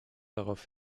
darauf